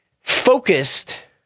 focused